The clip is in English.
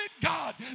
God